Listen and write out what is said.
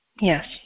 Yes